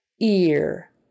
ear